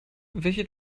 welche